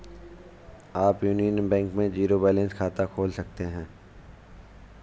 आप Union Bank में zero balance खाता खोल सकते हैं